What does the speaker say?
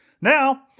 Now